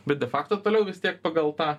bet de fakto toliau vis tiek pagal tą